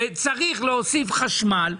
וצריך להוסיף חשמל,